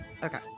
Okay